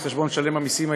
על חשבון משלם המסים הישראלי,